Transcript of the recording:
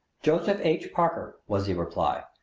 joseph h. parker, was the reply.